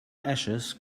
ashes